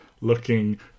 looking